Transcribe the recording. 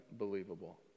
Unbelievable